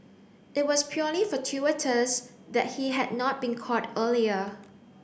it was purely fortuitous that he had not been caught earlier